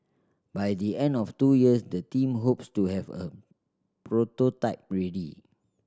by the end of two years the team hopes to have a prototype ready